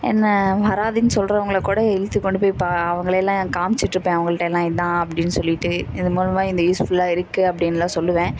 என்னை வராதேனு சொல்கிறவங்கள கூட இழுத்து கொண்டு போய் அவங்கள எல்லாம் காமிச்சுட்டுருப்பேன் அவங்கள்ட்ட எல்லாம் இதான் அப்படினு சொல்லிட்டு இது மூலமாக இந்த யூஸ்ஃபுல்லாக இருக்குது அப்படினுலாம் சொல்வேன்